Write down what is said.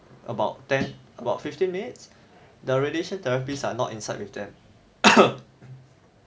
about ten about fifteen minutes the radiation therapists are not inside with them